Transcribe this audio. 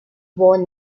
wore